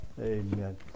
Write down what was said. Amen